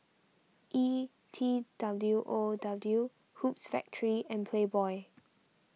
E T W O W Hoops Factory and Playboy